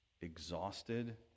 exhausted